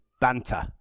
banter